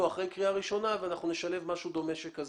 אחרי קריאה ראשונה ואנחנו נשלב משהו דומה כזה.